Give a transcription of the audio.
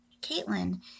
caitlin